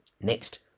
Next